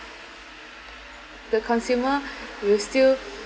the consumer will still